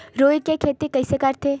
रुई के खेती कइसे करथे?